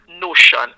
notion